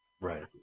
Right